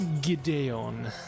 Gideon